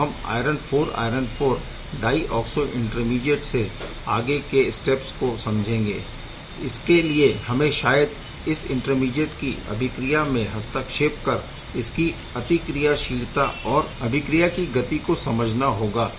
अब हम iron IV iron IV di oxo intermediate से आगे के स्टेप को समझेंगे इसके लिए हमें शायद इस इंटरमीडीएट की अभिक्रिया में हस्तक्षेप कर इसकी अतिक्रियाशीलता और अभिक्रिया की गति को समझना होगा